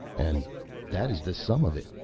and that is the sum of it,